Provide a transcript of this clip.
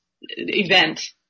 Event